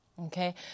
okay